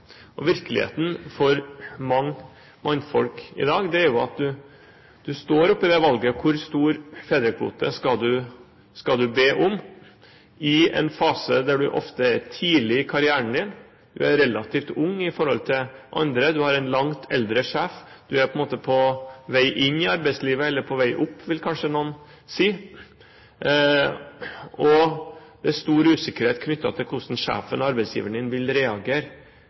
valget. Virkeligheten for mange mannfolk i dag er jo at man står oppe i det valget om hvor stor fedrekvote man skal be om, i en fase der man ofte er tidlig i karrieren sin, man er relativt ung i forhold til andre, man har en langt eldre sjef, man er på vei inn i arbeidslivet – eller på vei opp, vil kanskje noen si – og det er stor usikkerhet knyttet til hvordan sjefen og arbeidsgiveren vil reagere.